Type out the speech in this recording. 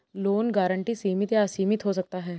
loan guarantee सीमित या असीमित हो सकता है